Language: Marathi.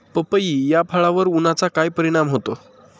पपई या फळावर उन्हाचा काय परिणाम होतो?